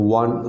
one